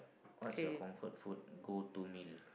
what's your comfort food go to meal